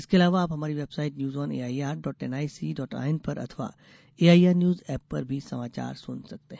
इसके अलावा आप हमारी website news on A I R dot N I C dot I N पर अथवा A I R news app पर भी समाचार सुन सकते हैं